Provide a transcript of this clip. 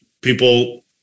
People